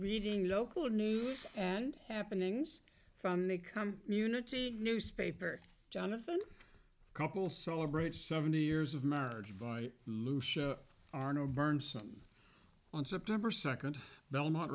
reading local news and happenings from the come unity newspaper jonathan couple celebrate seventy years of marriage by lucia arnaud bernsen on september second belmont